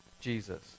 Jesus